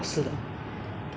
这不用考试的 ya 只是